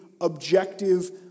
objective